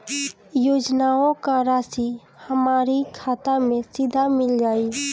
योजनाओं का राशि हमारी खाता मे सीधा मिल जाई?